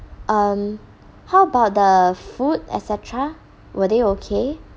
um how about the food et cetera were they okay